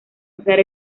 usar